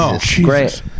great